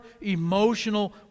emotional